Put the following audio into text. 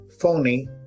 phony